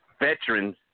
veterans